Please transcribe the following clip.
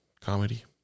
Comedy